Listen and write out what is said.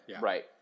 right